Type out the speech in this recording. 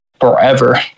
forever